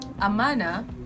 amana